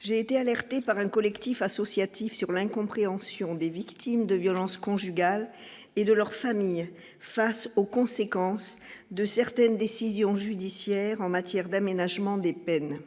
j'ai été alertée par un collectif associatif sur l'incompréhension des victimes de violences conjugales et de leurs familles face aux conséquences de certaines décisions judiciaires en matière d'aménagement des peines